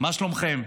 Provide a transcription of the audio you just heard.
מה שלומכם?